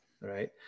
Right